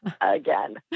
Again